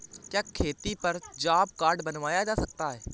क्या खेती पर जॉब कार्ड बनवाया जा सकता है?